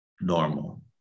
normal